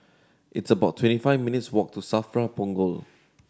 it's about twenty five minutes' walk to SAFRA Punggol